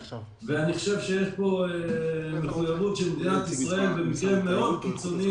ניתן סיוע דרך משרד הפנים בתשתיות לניקוז.